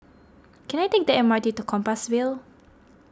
can I take the M R T to Compassvale